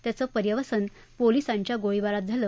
त्याचं पर्यवसान पोलिसांच्या गोळीबारात झालं